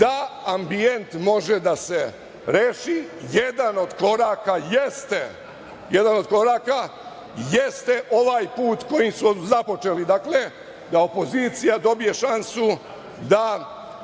da ambijent može da se reši jedan od koraka jeste ovaj put kojim smo započeli, da opozicija dobije šansu da